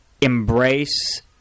embrace